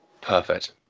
Perfect